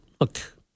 look